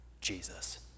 Jesus